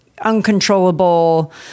uncontrollable